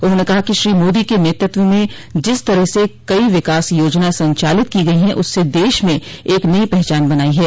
उन्होंने कहा कि श्री मोदी के नेतृत्व में जिस तरह से कई विकास योजनायें संचालित की गई है उससे देश में एक नई पहचान बनाई है